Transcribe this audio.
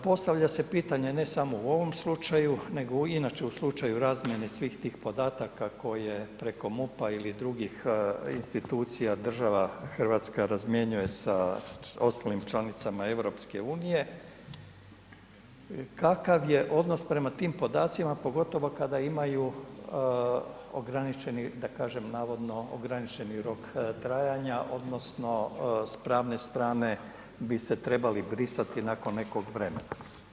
Postavlja se pitanje ne samo u ovom slučaju, nego inače u slučaju razmjene svih tih podataka koje preko MUP-a ili drugih institucija država Hrvatska razmjenjuje sa ostalim članicama EU kakav je odnos prema tim podacima pogotovo kada imaju ograničeni da kažem navodno ograničeni rok trajanja odnosno s pravne strane bi se trebali brisati nakon nekog vremena.